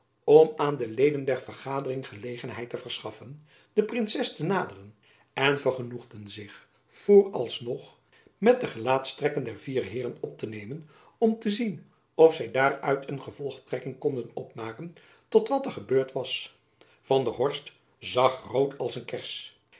om aan de leden der vergadering gelegenheid te verschaffen de princes te naderen en vergenoegden zich voor als nog met de gelaatstrekken der vier heeren op te nemen om te zien of zy daaruit een gevolgtrekking konden opmaken tot wat er gebeurd was van der horst zag rood als een kers